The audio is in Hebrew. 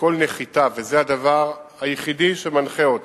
שכל נחיתה, וזה הדבר היחיד שמנחה אותו,